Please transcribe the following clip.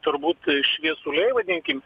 turbūt šviesuliai vadinkim